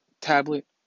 tablet